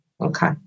Okay